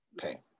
Okay